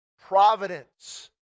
providence